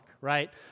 right